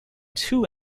two